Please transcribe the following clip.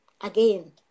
again